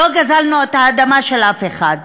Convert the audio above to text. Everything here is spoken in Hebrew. לא גזלנו את האדמה של אף אחד,